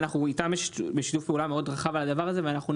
ואנחנו משתפים פעולה באופן מאוד רחב בעניין הזה ואנחנו נמשיך.